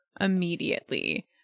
immediately